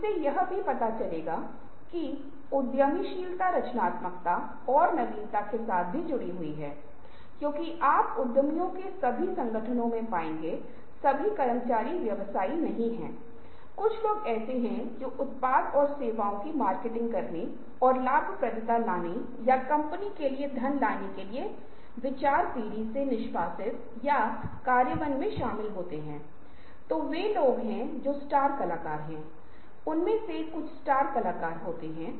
इसलिए यह हमेशा होता है लेकिन यह एक ऐसी चीज है जिसे हमने पहले से ही सिद्धांत के संदर्भ में चर्चा की है कि जब तक आप सफल नहीं हो जाते तब तक आप कुछ न कुछ कोशिश करते रहते हैं किसी समय आप उस तकनीक में महारत हासिल करते हैं लेकिन उस तरह की सीखने में आमतौर पर यह होता है कि अगर आप तीरंदाजी सीख रहे हैं या आप टेनिस खेलना सीख रहे हैं या आप एक बेहतर साइकिल चालक बनने की कोशिश कर रहे हैं